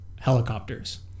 helicopters